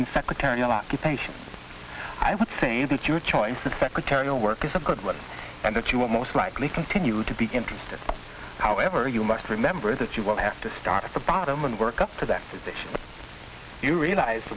in secretary a lot of patience i would say that your choice of secretarial work is a good one and that you will most likely continue to be interested however you must remember that you will have to start at the bottom and work up to that position you realize